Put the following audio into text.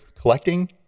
collecting